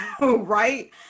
right